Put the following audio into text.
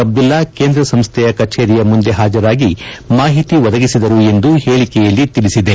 ಅಬ್ದುಲ್ಲಾ ಕೇಂದ್ರ ಸಂಸ್ಥೆಯ ಕಚೇರಿಯ ಮುಂದೆ ಹಾಜರಾಗಿ ಮಾಹಿತಿ ಒದಗಿಸಿದರು ಎಂದು ಹೇಳಿಕೆಯಲ್ಲಿ ತಿಳಿಸಿದೆ